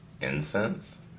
Incense